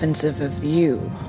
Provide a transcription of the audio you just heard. and so of of you.